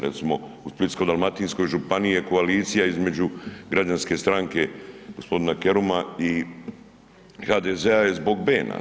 Recimo u Splitsko-dalmatinskoj županiji je koalicija između Građanske stranke gospodina Keruma i HDZ-a je zbog Bena.